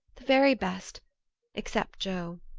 the very best except joe.